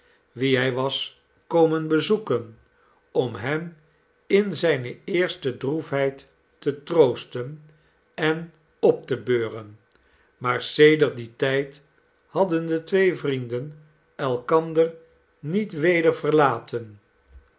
wien hij was komen bezoeken om hem in zijne eerste droefheid te troosten en op te beuren maar sedert dien tijd hadden de twee vrienden elkander niet weder verlaten